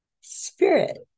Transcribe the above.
spirit